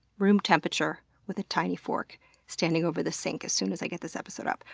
room temperature, with a tiny fork standing over the sink as soon as i get this episode up.